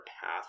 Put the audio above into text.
path